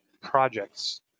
project's